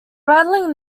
rattling